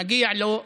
מגיע לו מענק.